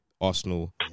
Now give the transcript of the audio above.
Arsenal